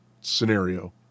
scenario